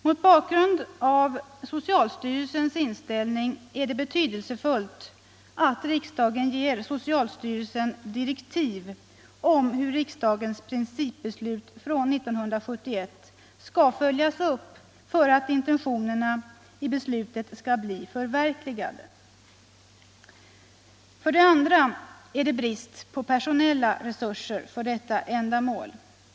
Mot bakgrund av socialstyrelsens inställning är det betydelsefullt att riksdagen ger socialstyrelsen direktiv om hur riksdagens principbeslut från 1971 skall följas upp för att intentionerna i beslutet skall bli förverkligade. För det andra råder det brist på personella resurser för detta ändamål.